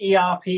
ERP